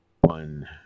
one